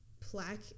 plaque